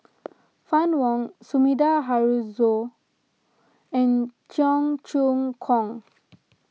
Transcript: Fann Wong Sumida Haruzo and Cheong Choong Kong